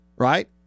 Right